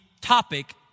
topic